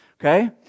Okay